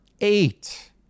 eight